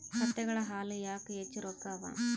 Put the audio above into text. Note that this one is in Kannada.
ಕತ್ತೆಗಳ ಹಾಲ ಯಾಕ ಹೆಚ್ಚ ರೊಕ್ಕ ಅವಾ?